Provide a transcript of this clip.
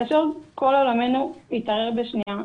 כאשר כל עולמנו התערער בשנייה,